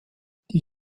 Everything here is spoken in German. die